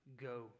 go